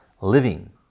living